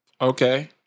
Okay